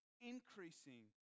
increasing